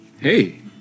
Hey